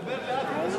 יעקב, דבר לאט כדי שנבין.